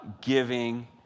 giving